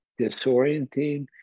disorienting